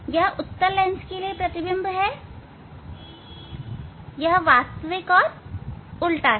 यह उत्तल लेंस के लिए प्रतिबिंब है यह वास्तविक और उल्टा है